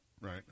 Right